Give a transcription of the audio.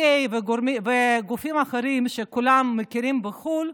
OK וגופים אחרים שכולם מכירים בחו"ל,